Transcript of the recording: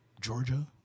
Georgia